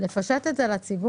וזה לפשט את זה לציבור.